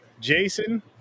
Jason